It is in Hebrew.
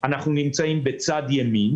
אנחנו נמצאים בצד ימין?